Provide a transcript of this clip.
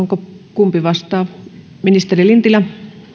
kumpi vastaa ministeri lintilä